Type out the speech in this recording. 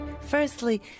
Firstly